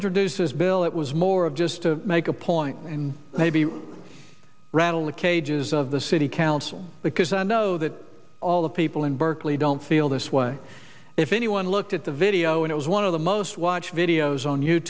introduces bill it was more of just to make a point and maybe rattle the cages of the city because i know that all the people in berkeley don't feel this way if anyone looked at the video and it was one of the most watched videos on you